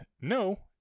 no